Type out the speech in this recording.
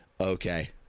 okay